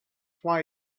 why